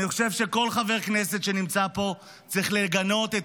אני חושב שכל חבר כנסת שנמצא פה צריך לגנות את